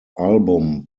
album